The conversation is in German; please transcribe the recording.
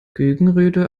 gegenrede